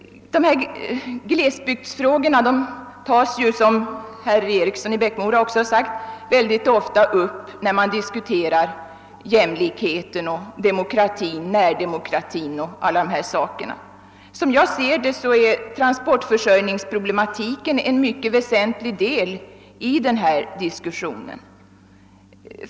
Glesbygdsfrågorna tas, som herr Eriksson i Bäckmora sagt, ofta upp när man diskuterar jämlikhet, närdemokrati etc. Som jag ser det är transportförsörjningsproblematiken en väsentlig del i denna diskussion.